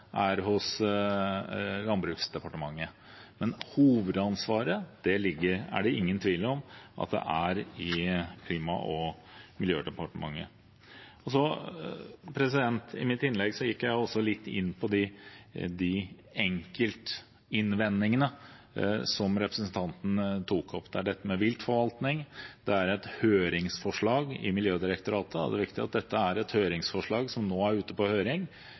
hos Landbruks- og matdepartementet. Men hovedansvaret er det ingen tvil om er i Klima- og miljødepartementet. I mitt innlegg gikk jeg også litt inn på de enkeltinnvendingene som representanten tok opp. Når det gjelder dette med viltforvaltning, er det et forslag fra Miljødirektoratet ute på høring. Det er viktig. Det er